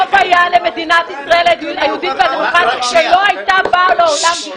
טוב היה למדינת ישראל היהודית והדמוקרטית שלא היתה באה לעולם בכלל.